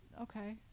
okay